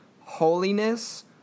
holiness